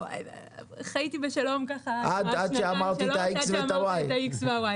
חייתי בשלום ככה עם השנתיים-שלוש עד שאמרת את ה-X וה-Y.